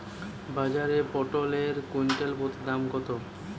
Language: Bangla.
বাজারে পটল এর কুইন্টাল প্রতি দাম কত?